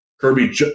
Kirby